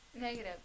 Negative